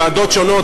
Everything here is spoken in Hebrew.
ועדות שונות,